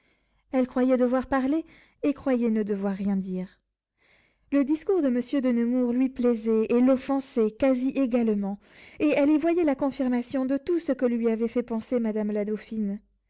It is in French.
elle croyait devoir parler et croyait ne devoir rien dire le discours de monsieur de nemours lui plaisait et l'offensait quasi également elle y voyait la confirmation de tout ce que lui avait fait penser madame la dauphine